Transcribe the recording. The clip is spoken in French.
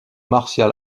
martial